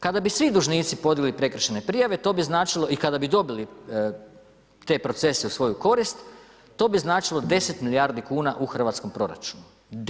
Kada bi svi dužnici podnijeli prekršajne prijave, to bi značilo i kada bi dobili te procese u svoju korist, to bi značilo 10 milijardi kuna u hrvatskom proračunu.